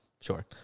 Sure